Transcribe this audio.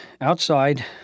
outside